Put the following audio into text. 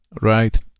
right